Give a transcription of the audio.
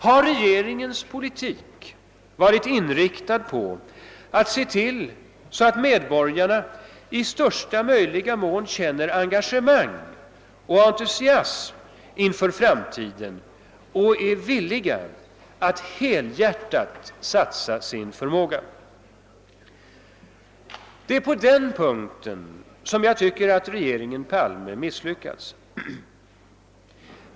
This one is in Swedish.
Har regeringens politik varit inriktad på att se till så att medborgarna i största möjliga mån känner engagemang och entusiasm inför framtiden och är villiga att helhjärtat satsa sin förmåga? Det är på den punkten som jag tycker att regeringen Palme har misslyckats.